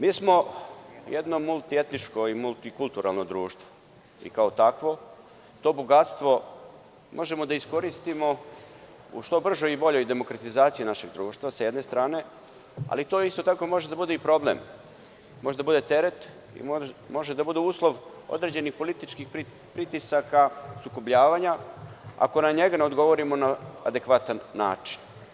Mi smo jedno multietničko i multikulturalno društvo i kao takvo to bogatstvo možemo da iskoristimo u što bržoj i boljoj demokratizaciji našeg društva s jedne strane, ali to isto tako može da bude i problem, teret i uslov određenih političkih pritisaka sukobljavanja ako na njega ne odgovorimo na adekvatan način.